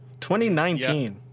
2019